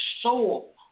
soul